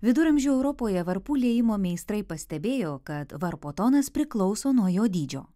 viduramžių europoje varpų liejimo meistrai pastebėjo kad varpo tonas priklauso nuo jo dydžio